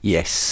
Yes